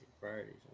Priorities